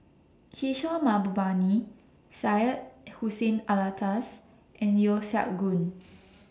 Kishore Mahbubani Syed Hussein Alatas and Yeo Siak Goon